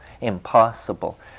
impossible